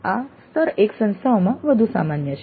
આ સ્તર1 સંસ્થાઓમાં વધુ સામાન્ય છે